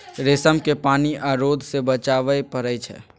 रेशम केँ पानि आ रौद सँ बचाबय पड़इ छै